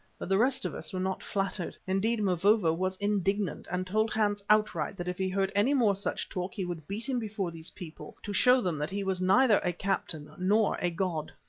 but the rest of us were not flattered indeed, mavovo was indignant, and told hans outright that if he heard any more such talk he would beat him before these people, to show them that he was neither a captain nor a god.